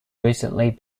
recently